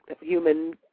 human